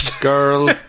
Girl